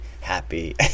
happy